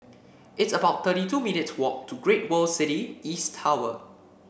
it's about thirty two minutes' walk to Great World City East Tower